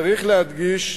צריך להדגיש,